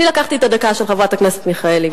אני לקחתי את הדקה של חברת הכנסת מיכאלי.